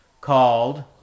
called